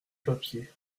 papier